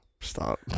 Stop